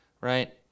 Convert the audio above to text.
right